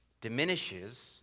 diminishes